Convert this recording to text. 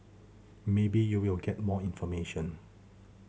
maybe you will get more information